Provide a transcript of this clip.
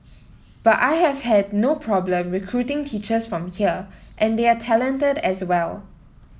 but I have had no problem recruiting teachers from here and they are talented as well